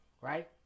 Right